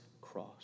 cross